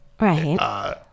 right